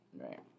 Right